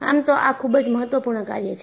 આમ તો આ ખૂબ જ મહત્વપૂર્ણ કાર્ય છે